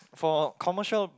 for commercial